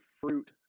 fruit